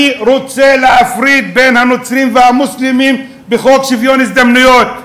אני רוצה להפריד בין הנוצרים למוסלמים בחוק שוויון הזדמנויות.